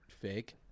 fake